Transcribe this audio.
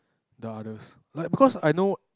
the others like because I know